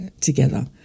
together